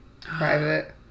Private